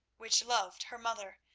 which loved her mother,